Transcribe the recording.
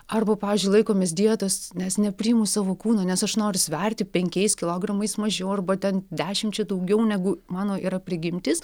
arba pavyzdžiui laikomės dietos nes nepriimu savo kūno nes aš noriu sverti penkiais kilogramais mažiau arba ten dešimčia daugiau negu mano yra prigimtis